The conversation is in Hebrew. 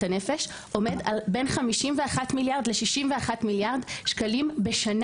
הנפש עומד על בין 51 מיליארד ל-61 מיליארד שקלים בשנה